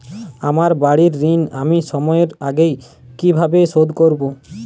আমার বাড়ীর ঋণ আমি সময়ের আগেই কিভাবে শোধ করবো?